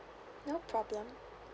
no problem